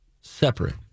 separate